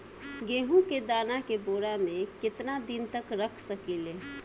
गेहूं के दाना के बोरा में केतना दिन तक रख सकिले?